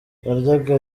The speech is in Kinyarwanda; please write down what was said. yaryaga